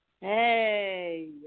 Hey